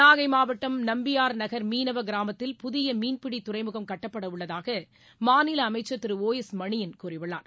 நாகை மாவட்டம் நம்பியார் நகர் மீனவ கிராமத்தில் புதிய மீன்பிடி துறைமுகம் கட்டப்பட உள்ளதாக மாநில அமைச்சர் திரு ஓ எஸ் மணியன் கூறியுள்ளார்